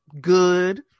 good